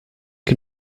can